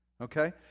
Okay